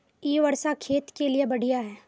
इ वर्षा खेत के लिए बढ़िया है?